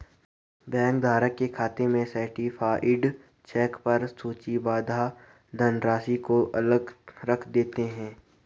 bank धारक के खाते में सर्टीफाइड चेक पर सूचीबद्ध धनराशि को अलग रख देते हैं